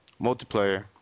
multiplayer